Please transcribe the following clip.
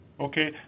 Okay